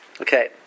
Okay